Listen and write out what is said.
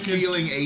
feeling